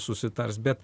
susitars bet